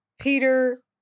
Peter